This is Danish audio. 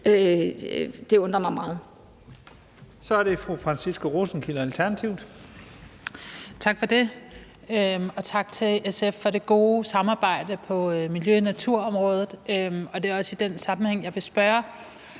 Alternativet. Kl. 14:57 Franciska Rosenkilde (ALT): Tak for det, og tak til SF for det gode samarbejde på miljø- og naturområdet. Det er også i den sammenhæng, jeg vil spørge